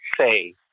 say